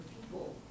people